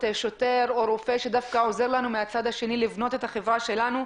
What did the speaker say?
שוטר או רופא שעוזר לנו מהצד השני לבנות את החברה שלנו.